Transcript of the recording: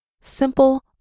Simple